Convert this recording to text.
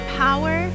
power